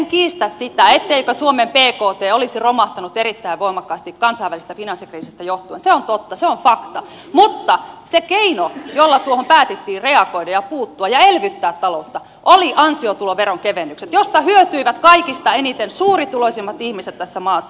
en kiistä sitä etteikö suomen bkt olisi romahtanut erittäin voimakkaasti kansainvälisestä finanssikriisistä johtuen se on totta se on fakta mutta se keino jolla tuohon päätettiin reagoida ja puuttua ja elvyttää taloutta oli ansiotuloveron kevennykset joista hyötyivät kaikista eniten suurituloisimmat ihmiset tässä maassa